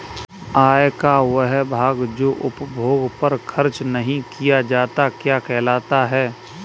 आय का वह भाग जो उपभोग पर खर्च नही किया जाता क्या कहलाता है?